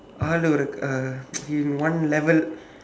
uh in one level